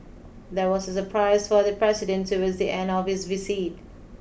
there was a surprise for the president towards the end of his visit